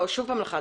במקורות שיש לנו,